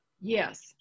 Yes